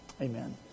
Amen